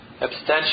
Abstention